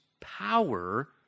power